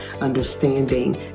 understanding